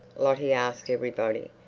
lottie asked everybody,